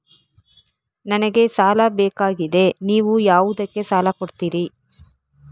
ನನಗೆ ಸಾಲ ಬೇಕಾಗಿದೆ, ನೀವು ಯಾವುದಕ್ಕೆ ಸಾಲ ಕೊಡ್ತೀರಿ?